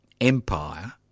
empire